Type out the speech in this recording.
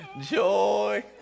Joy